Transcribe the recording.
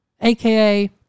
AKA